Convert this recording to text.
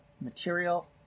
material